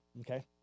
okay